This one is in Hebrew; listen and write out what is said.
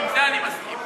עם זה אני מסכים.